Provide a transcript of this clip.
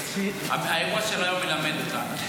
האירוע של היום מלמד אותנו.